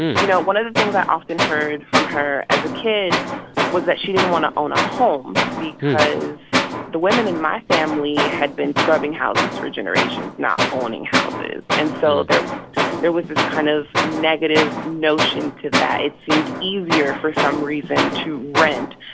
you know, one of the things that i often heard from her as a kid was that she didn't want to own a home because the women in my family had been scrubbing houses for generations, not owning houses. and so there there was this kind of negative notion to that. it seemed easier, for some reason, to rent.